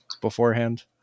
beforehand